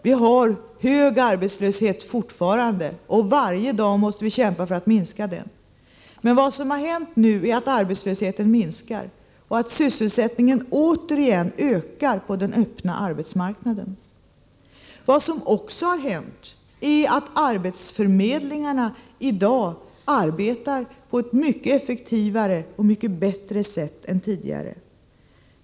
Vi har fortfarande hög arbetslöshet, och varje dag måste vi kämpa för att minska den. Men vad som har hänt nu är att arbetslösheten minskar och att sysselsättningen återigen ökar på den öppna arbetsmarknaden. Vad som också har hänt är att arbetsförmedlingarna i dag arbetar på ett mycket effektivare och mycket bättre sätt än tidigare.